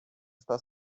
está